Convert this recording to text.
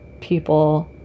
people